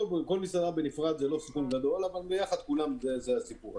כל מסעדה בנפרד זה לא סיכון גדול אבל ביחד כולן זה הסיפור.